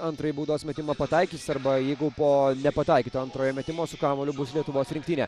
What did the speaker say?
antrąjį baudos metimą pataikys arba jeigu po nepataikyto antrojo metimo su kamuoliu bus lietuvos rinktinė